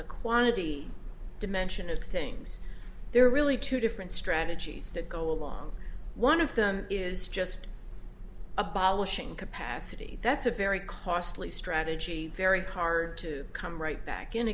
the quantity dimension of things there are really two different strategies that go along one of them is just abolishing capacity that's a very costly strategy very hard to come right back